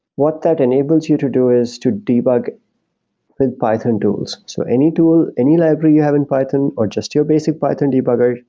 what that enables you to do is to debug with python tools. so any tool, any library you have in python or just your basic python debugger,